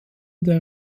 der